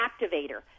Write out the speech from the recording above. activator